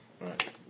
Right